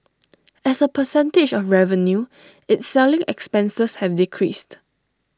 as A percentage of revenue its selling expenses have decreased